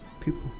people